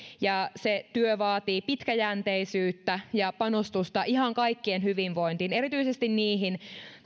ja se työ vaatii pitkäjänteisyyttä ja panostusta ihan kaikkien hyvinvointiin erityisesti niihin